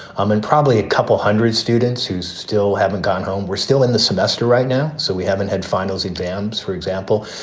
i'm in probably a couple hundred students who still haven't gone home. we're still in the semester right now. so we haven't had finals exams, for example.